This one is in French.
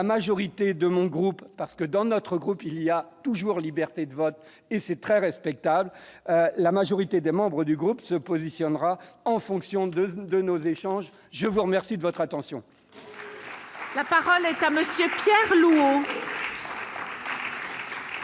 la majorité de mon groupe, parce que dans notre groupe, il y a toujours liberté de vote et c'est très respectable, la majorité des membres du groupe se positionnera en fonction de, de nos échanges, je vous remercie de votre attention. Pour minute chers